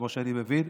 כמו שאני מבין,